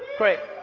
great,